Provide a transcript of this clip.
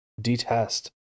detest